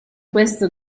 questo